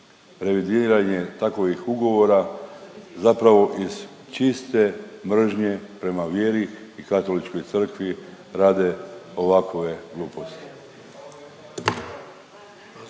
revidiranje takovih ugovora zapravo iz čiste mržnje prema vjeri i prema Katoličkoj Crkvi rade ovakove gluposti.